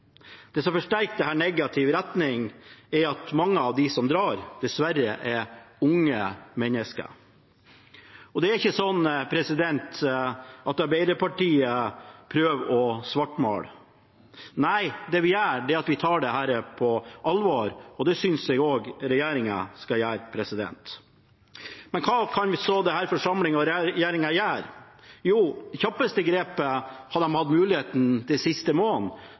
Det som forsterker dette i negativ retning, er at mange av dem som drar, dessverre er unge mennesker. Det er ikke sånn at Arbeiderpartiet prøver å svartmale. Nei, det vi gjør, er å ta det på alvor, og det synes jeg også regjeringen skal gjøre. Men hva kan så denne forsamlingen og regjeringen gjøre? Jo, det kjappeste grepet har de hatt muligheten til de siste